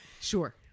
Sure